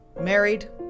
Married